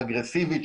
אגרסיבית,